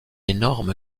énorme